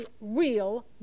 real